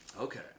Okay